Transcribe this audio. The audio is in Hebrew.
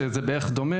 שזה בערך דומה